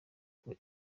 ngo